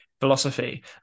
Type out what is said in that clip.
philosophy